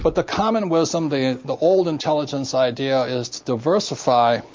but the common wisdom, the the old intelligence idea is to diversify.